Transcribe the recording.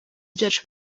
byacu